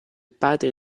padre